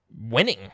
winning